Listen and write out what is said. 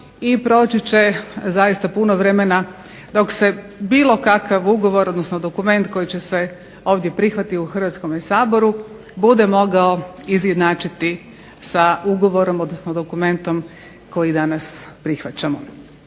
i proći će zaista puno vremena dok se bilo kakav ugovor, odnosno dokument koji ćemo prihvatiti ovdje u Hrvatskom saboru, bude mogao izjednačiti sa ugovorom odnosno sa dokumentom koji danas prihvaćamo.